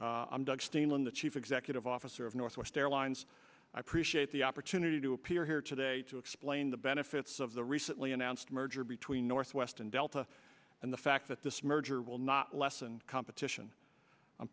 morning i'm doug steenland the chief executive officer of northwest airlines i appreciate the opportunity to appear here today to explain the benefits of the recently announced merger between northwest and delta and the fact that this merger will not lessen competition